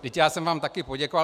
Vždyť já jsem vám také poděkoval.